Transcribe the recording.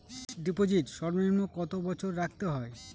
Fixed deposit সর্বনিম্ন কত বছর রাখতে হয়?